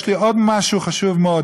יש לי עוד משהו חשוב מאוד,